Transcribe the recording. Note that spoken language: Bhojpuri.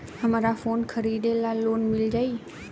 हमरा फोन खरीदे ला लोन मिल जायी?